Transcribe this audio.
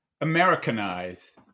Americanize